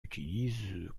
utilise